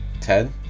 Ted